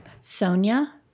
Sonia